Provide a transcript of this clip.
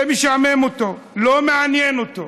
זה משעמם אותו, לא מעניין אותו.